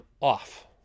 off